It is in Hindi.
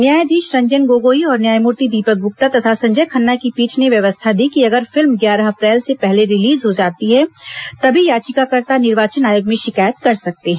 न्यायाधीश रंजन गोगोई और न्यायमूर्ति दीपक ग्रप्ता तथा संजय खन्ना की पीठ ने व्यवस्था दी कि अगर फिल्म ग्यारह अप्रैल से पहले रिलीज हो जाती है तभी याचिकाकर्ता निर्वाचन आयोग में शिकायत कर सकते है